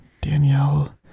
Danielle